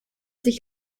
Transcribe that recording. sich